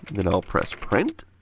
then i'll press print,